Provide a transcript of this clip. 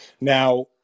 Now